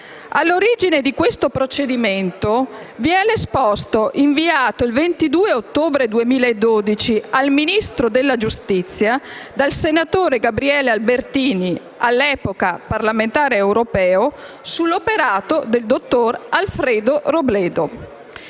All'origine di questo procedimento vi è l'esposto inviato il 22 ottobre 2012 al Ministro della giustizia dal senatore Gabriele Albertini, all'epoca parlamentare europeo, sull'operato del dottor Alfredo Robledo.